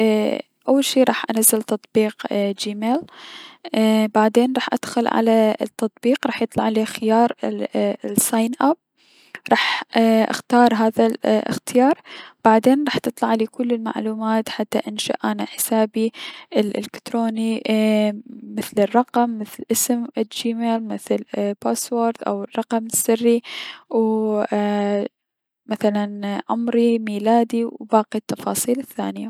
ايي- اول شي راح انزل تطبيق جيميل بعدين راح ادخل على التطبيق راح يطلعلي خيار ال ساين اب راح اختار هذا الأخيار بعدين راح تطلعلي كل المعلومات حتى اني انشئ حسابي الألكتروني مثل الرقم مثل لأسم الجيميل مثل الباسوورد و او الرقم السري ووو ايي- عمري ميلادي و باقي التفاصيل الثانية.